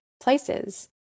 places